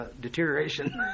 deterioration